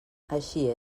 així